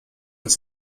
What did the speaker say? its